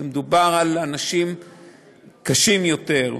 ומדובר באנשים קשים ביותר,